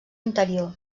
interior